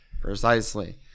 precisely